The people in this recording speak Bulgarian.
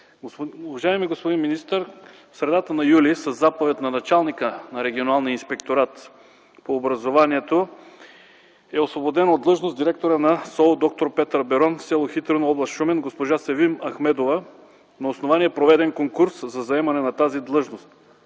Уважаеми господин министър, в средата на м. юли със заповед на началника на регионалния инспекторат по образованието е освободен от длъжност директорът на СОУ „Д-р Петър Берон”, с. Хитрино, област Шумен, госпожа Севим Ахмедова на основание проведен конкурс за заемане на тази длъжност.